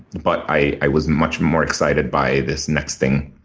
but i i was much more excited by this next thing.